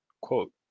quote